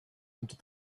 into